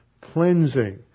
cleansing